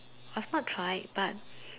I have not tried but